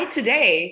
today